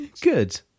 Good